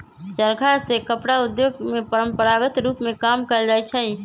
चरखा से कपड़ा उद्योग में परंपरागत रूप में काम कएल जाइ छै